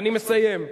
אני מסיים.